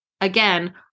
again